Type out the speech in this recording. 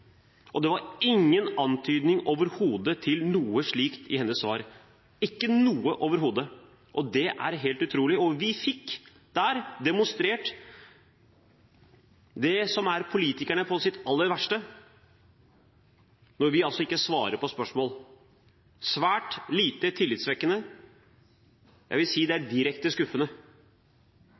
forsøk. Det var ingen antydning overhodet til noe slikt i hennes svar – ikke noe overhodet. Det er helt utrolig. Vi fikk der demonstrert politikere på sitt aller verste, når de ikke svarer på spørsmål. Det er svært lite tillitvekkende. Jeg vil si at det